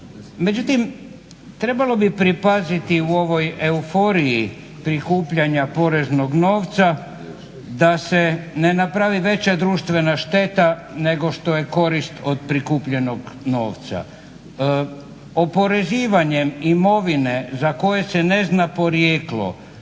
međutim trebalo bi pripaziti u ovoj euforiji prikupljanja poreznog novca da se ne napravi veća društvena šteta nego što je korist od prikupljenog novca. Oporezivanjem imovine za koje se ne zna porijeklo,